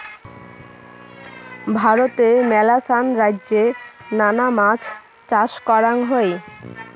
ভারতে মেলাছান রাইজ্যে নানা মাছ চাষ করাঙ হই